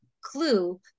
clue